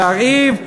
להרעיב?